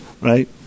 Right